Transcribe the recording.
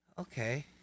okay